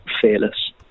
fearless